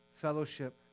Fellowship